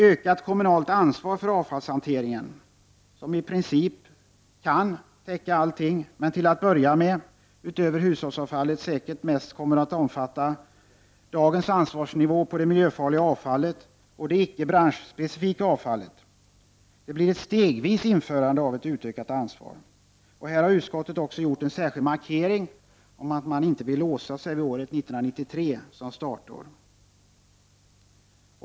Det kommunala ansvaret ökar för avfallshanteringen, som i princip kan täcka allting men som till att börja med, utöver hushållsavfallet, säkert mest kommer att omfatta dagens ansvarsnivå för det miljöfarliga avfallet och det icke branschspecifika avfallet. Det blir ett stegvis införande av ett utökat ansvar. Här har utskottet gjort en särskild markering av att man inte vill låsa sig vid året 1993 som startår.